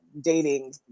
dating